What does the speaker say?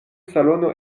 salono